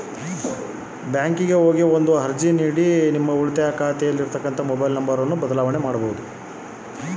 ನನ್ನ ಉಳಿತಾಯ ಖಾತೆ ಮೊಬೈಲ್ ನಂಬರನ್ನು ಹೆಂಗ ಬದಲಿ ಮಾಡಬೇಕು?